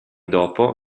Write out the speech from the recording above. dopo